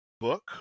book